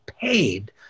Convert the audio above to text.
paid